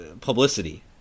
publicity